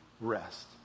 rest